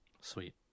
Sweet